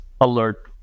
alert